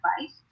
advice